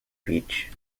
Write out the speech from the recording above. beach